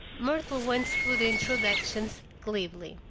myrtle went through the introductions glibly.